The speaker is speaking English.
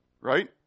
Right